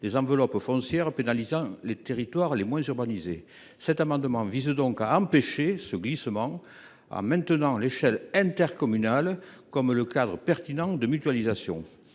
des enveloppes foncières, pénalisant les territoires les moins urbanisés. Cet amendement vise donc à empêcher ce glissement en maintenant l’échelle intercommunale comme le cadre pertinent de la mutualisation.